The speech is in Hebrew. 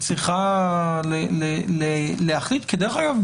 דרך אגב,